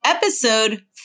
Episode